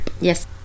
Yes